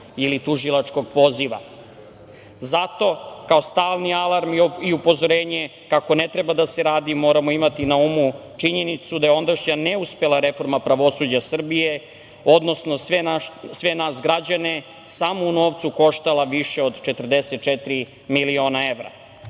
ili tužilačkog poziva. Zato, kao stalni alarm i upozorenje kako ne treba da se radi, moramo imati na umu činjenicu da je ondašnja neuspela reforma pravosuđa Srbije, odnosno sve nas građane samo u novcu koštala više od 44 miliona evra.